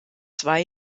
zwei